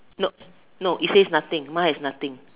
no no it says nothing mine has nothing